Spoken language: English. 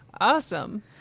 Awesome